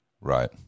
Right